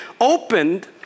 opened